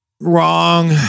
Wrong